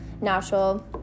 natural